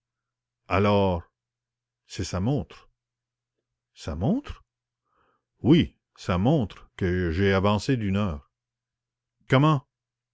alors c'est sa montre sa montre oui sa montre que j'ai avancée d'une heure comment